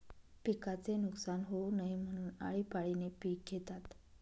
पिकाचे नुकसान होऊ नये म्हणून, आळीपाळीने पिक घेतात